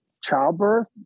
childbirth